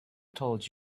told